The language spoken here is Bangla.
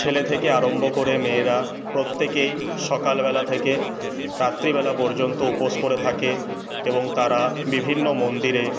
ছেলে থেকে আরম্ভ করে মেয়েরা প্রত্যেকেই সকালবেলা থেকে রাত্রিবেলা পর্যন্ত উপোশ করে থাকে এবং তারা বিভিন্ন মন্দিরে